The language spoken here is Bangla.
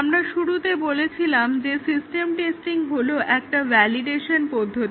আমরা শুরুতে বলেছিলাম যে সিস্টেম টেস্টিং হলো একটা ভ্যালিডেশন পদ্ধতি